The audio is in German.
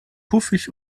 puffig